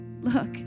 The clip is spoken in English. look